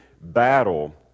battle